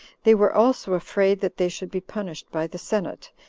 they were also afraid that they should be punished by the senate,